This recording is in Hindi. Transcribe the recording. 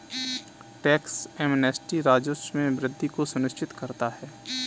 टैक्स एमनेस्टी राजस्व में वृद्धि को सुनिश्चित करता है